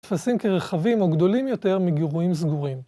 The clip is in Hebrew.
נתפסים כרחבים או גדולים יותר, מגירויים סגורים.